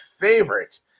favorite